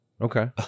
Okay